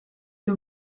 que